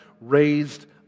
Raised